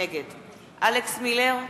נגד אלכס מילר,